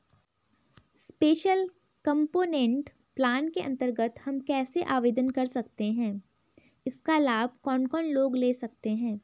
Special component plan के अन्तर्गत हम कैसे आवेदन कर सकते हैं इसका लाभ कौन कौन लोग ले सकते हैं?